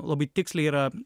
labai tiksliai yra